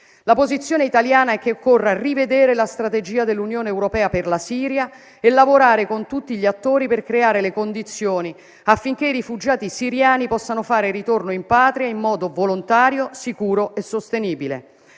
La posizione italiana è che occorre rivedere la strategia dell'Unione europea per la Siria e lavorare con tutti gli attori per creare le condizioni affinché i rifugiati siriani possano fare ritorno in patria in modo volontario, sicuro e sostenibile.